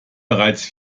bereits